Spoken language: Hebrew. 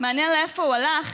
מעניין לאיפה הוא הלך,